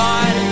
God